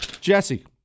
Jesse